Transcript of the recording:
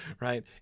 right